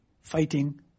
fighting